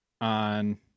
on